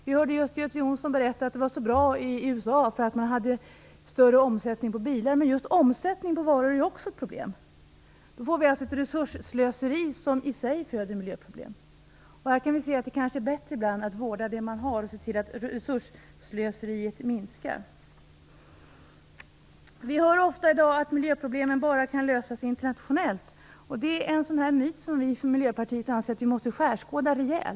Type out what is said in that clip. Vi hörde just Göte Jonsson berätta att det var så bra i USA för att man hade en större omsättning på bilar där. Men omsättning på varor är också ett problem. Det leder till ett resursslöseri som i sig föder miljöproblem. Ibland är det kanske bättre att vårda det man har och se till att resursslöseriet minskar. Vi hör ofta i dag att miljöproblemen bara kan lösas internationellt. Det är en myt som vi i Miljöpartiet anser att vi måste skärskåda rejält.